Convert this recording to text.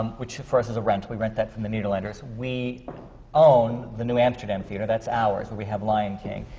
um which for us is a rental. we rent that from the nederlanders. we own the new amsterdam theatre, that's ours, where and we have lion king.